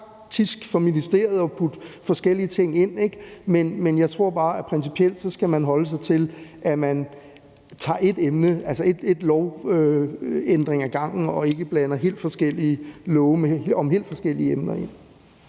er praktisk for ministeriet at putte forskellige ting ind, men jeg tror bare, at man principielt skal holde sig til, at man tager ét emne, altså én lovændring ad gangen og ikke blander helt forskellige love om helt forskellige emner ind